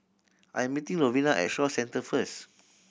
I'm meeting Lovina at Shaw Centre first